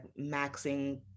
maxing